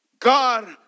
God